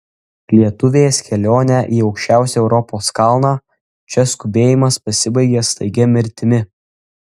lietuvės kelionė į aukščiausią europos kalną čia skubėjimas pasibaigia staigia mirtimi